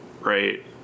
right